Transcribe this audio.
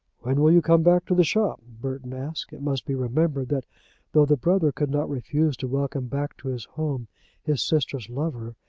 when will you come back to the shop? burton asked. it must be remembered that though the brother could not refuse to welcome back to his home his sister's lover,